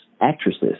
actresses